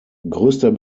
größter